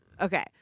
Okay